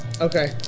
Okay